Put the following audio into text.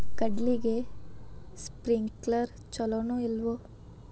ಕಡ್ಲಿಗೆ ಸ್ಪ್ರಿಂಕ್ಲರ್ ಛಲೋನೋ ಅಲ್ವೋ?